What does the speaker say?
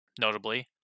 Notably